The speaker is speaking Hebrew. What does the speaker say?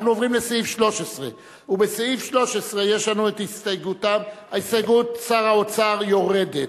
אנחנו עוברים לסעיף 13. בסעיף 13 הסתייגות שר האוצר יורדת,